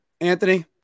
anthony